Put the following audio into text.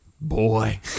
boy